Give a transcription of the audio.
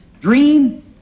dream